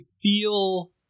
feel